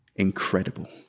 incredible